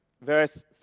Verse